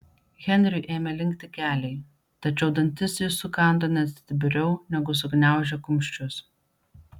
henriui ėmė linkti keliai tačiau dantis jis sukando net stipriau negu sugniaužė kumščius